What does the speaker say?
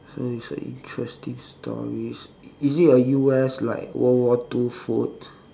so it's a interesting stories is it a U_S like world war two food